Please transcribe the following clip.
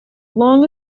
long